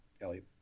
Elliot